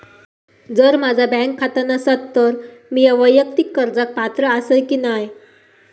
जर माझा बँक खाता नसात तर मीया वैयक्तिक कर्जाक पात्र आसय की नाय?